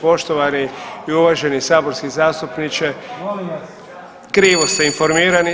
Poštovani i uvaženi saborski zastupniče krivo ste informirani.